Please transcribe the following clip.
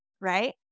right